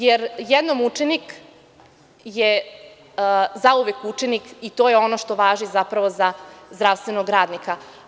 Jer, jednom učenik je zauvek učenik, i to je ono što važi zapravo za zdravstvenog radnika.